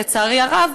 לצערי הרב,